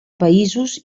països